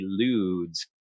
eludes